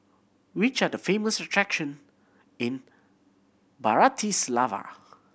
which are the famous attraction in Bratislava